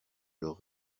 leur